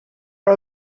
are